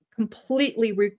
completely